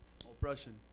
oppression